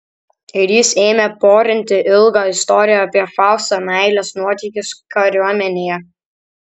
ir jis ėmė porinti ilgą istoriją apie fausto meilės nuotykius kariuomenėje